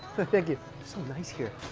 thank you. so nice here.